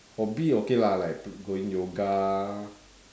hobby okay lah like going yoga